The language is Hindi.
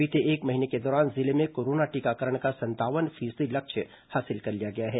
बीते एक महीने के दौरान जिले में कोरोना टीकाकरण का संतावन फीसदी लक्ष्य हासिल कर लिया गया है